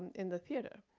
in the theater.